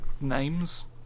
names